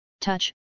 touch